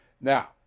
Now